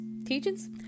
teachings